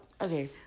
Okay